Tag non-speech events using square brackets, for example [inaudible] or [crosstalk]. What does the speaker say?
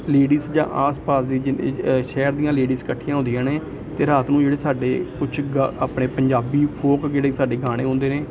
ladies ਜਾਂ ਆਸ ਪਾਸ ਦੀ [unintelligible] ਸ਼ਹਿਰ ਦੀਆਂ ਲੇਡੀਜ ਇਕੱਠੀਆਂ ਹੁੰਦੀਆਂ ਨੇ ਅਤੇ ਰਾਤ ਨੂੰ ਜਿਹੜੇ ਸਾਡੇ ਕੁਛ ਆਪਣੇ ਪੰਜਾਬੀ ਫੋਕ ਜਿਹੜੇ ਸਾਡੇ ਗਾਣੇ ਹੁੰਦੇ ਨੇ